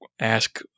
ask